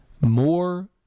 More